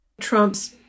Trump's